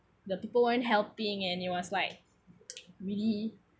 the people weren't helping and it was like really